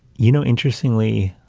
you know, interestingly,